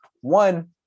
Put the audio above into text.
one